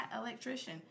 electrician